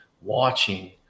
watching